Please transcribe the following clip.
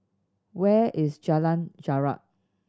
where is Jalan Jarak